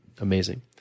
amazing